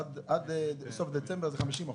עד סוף דצמבר זה 50%,